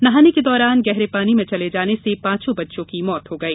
नहाने के दौरान गहरे पानी में चले जाने से पांचों बच्चों की मौत हो गई